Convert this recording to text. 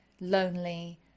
lonely